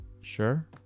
Sure